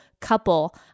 couple